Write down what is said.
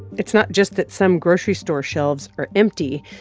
it's not just that some grocery store shelves are empty,